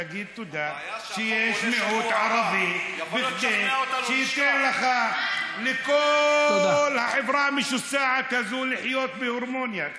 תגיד תודה שיש מיעוט ערבי שייתן לכל החברה המשוסעת הזו לחיות בהרמוניה.